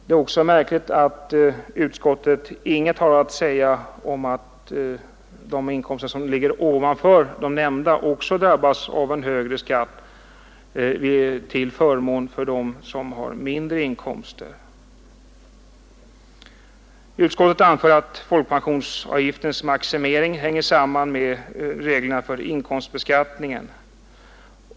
Det är också märkligt att utskottet inget har att säga om att de inkomster som ligger ovanför de nämnda även drabbas av en högre skatt till förmån för dem som har mindre inkomster. Utskottet anför att folkpensionsavgiftens maximering hänger samman med reglerna för inkomstbeskattningen.